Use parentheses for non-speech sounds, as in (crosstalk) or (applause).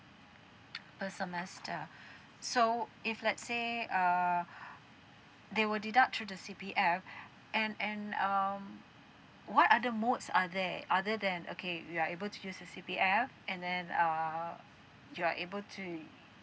(noise) per semester so if let's say err they will deduct through the C_P_F and and um what other modes are there other than okay we are able to use the C_P_F and then err you're able to